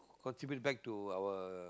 contribute back to our